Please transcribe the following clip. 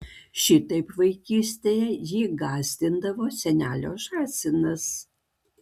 šitaip vaikystėje jį gąsdindavo senelio žąsinas